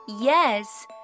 Yes